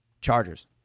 Chargers